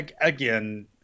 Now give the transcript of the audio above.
Again